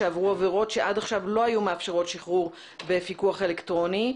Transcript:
שעברו עבירות שעד עכשיו לא היו מאפשרות שחרור בפיקוח אלקטרוני.